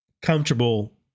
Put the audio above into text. comfortable